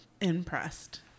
impressed